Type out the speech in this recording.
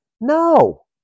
No